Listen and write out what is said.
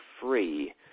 free